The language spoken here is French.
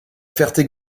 ferté